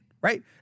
right